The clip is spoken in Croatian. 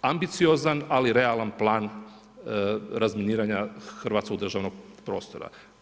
ambiciozan ali realan plan razminiranja hrvatskog državnog prostora.